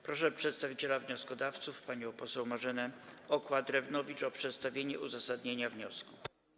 Proszę przedstawiciela wnioskodawców panią poseł Marzenę Okła-Drewnowicz o przedstawienie uzasadnienia wniosku.